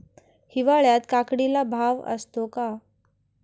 हिवाळ्यात काकडीला भाव असतो का?